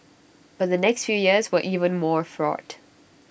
but the next few years were even more fraught